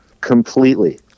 Completely